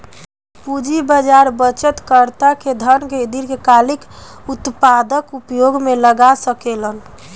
पूंजी बाजार बचतकर्ता के धन के दीर्घकालिक उत्पादक उपयोग में लगा सकेलन